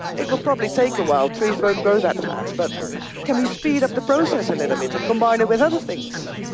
it would probably take a while trees won't grow that fast. but can we speed up the process a little bit and combine it with other things?